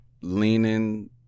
leaning